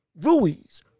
Ruiz